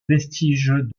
vestiges